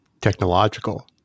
technological